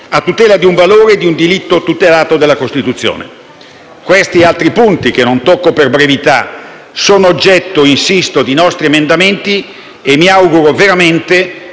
a tutela di un valore e di un diritto tutelato dalla Costituzione. Questi e altri punti, che non tocco per brevità, sono oggetto - insisto - di nostri emendamenti e mi auguro veramente